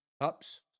cups